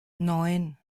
neun